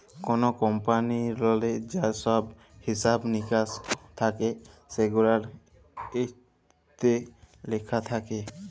call কমপালিললে যা ছহব হিছাব মিকাস থ্যাকে সেগুলান ইত্যে লিখা থ্যাকে